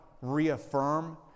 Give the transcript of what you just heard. reaffirm